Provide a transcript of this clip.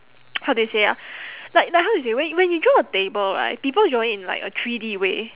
how do you say ah like like how you say when when you draw a table right people draw it in like a three-D way